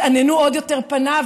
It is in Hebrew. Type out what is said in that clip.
התעננו עוד יותר פניו,